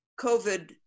COVID